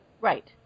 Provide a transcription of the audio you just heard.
Right